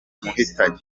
yamuhitanye